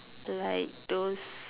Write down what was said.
lisle those